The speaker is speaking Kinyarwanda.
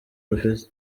rufite